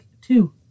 two